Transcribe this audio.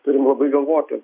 turim labai galvoti